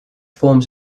forms